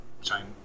china